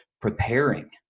preparing